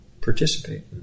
participate